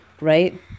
right